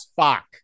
fuck